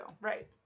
right